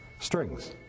strings